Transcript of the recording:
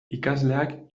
ikasleak